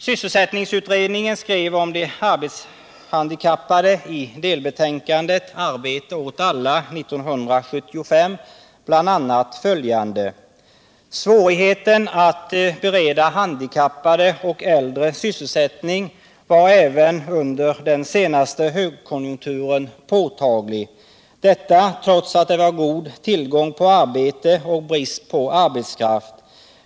I delbetänkandet Arbete åt alla skrev sysselsättningsutredningen 1975 om de arbetshandikappade bl.a. följande: ”Svårigheten att bereda handikappade och äldre sysselsättning var även under den senaste högkonjukturen påtaglig. Detta trots att det var god tillgång på arbete och brist på arbetskraft.